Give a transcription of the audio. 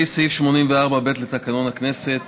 לפי סעיף 84(ב) לתקנון הכנסת,